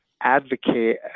advocate